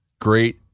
great